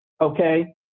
okay